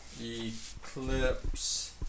eclipse